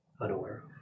unaware